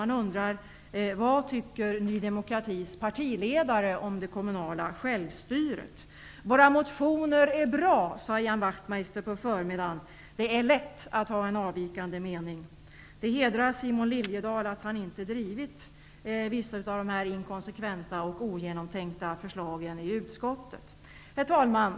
Jag frågar mig: Vad tycker Våra motioner är bra, sade Ian Wachtmeister här på förmiddagen. Det är lätt att ha en avvikande mening. Det hedrar Simon Liliedahl att han i utskottet inte drivit vissa av dessa inkonsekventa och ogenomtänkta förslag. Herr talman!